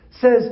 says